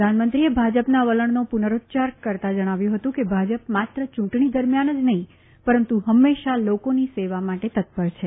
પ્રધાનમંત્રીએ ભાજપના વલણનો પુનરોચ્યાર કરતાં જણાવ્યું ફતું કે ભાજપ માત્ર ચૂંટણી દરમ્યાન જ નફીં પરંતુ ફંમેશા લોકોની સેવા માટે તત્પર છે